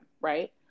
right